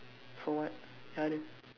for what